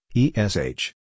esh